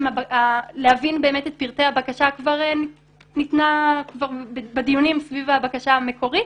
ולהבין את פרטי הבקשה כבר ניתנו בדיונים סביב הבקשה המקורית.